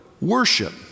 worship